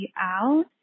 out